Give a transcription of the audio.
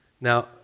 now